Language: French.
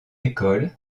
école